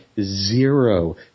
zero